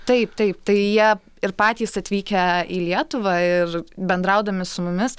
taip taip tai jie ir patys atvykę į lietuvą ir bendraudami su mumis